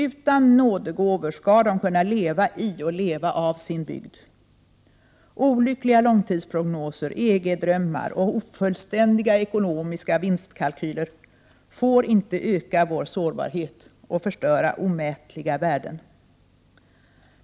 Utan nådegåvor skall de kunna leva i och leva av sin bygd. Olyckliga långtidsprognoser, EG-drömmar och ofullständiga ekonomiska vinstkalkyler får inte öka vår sårbarhet och förstöra omätliga värden.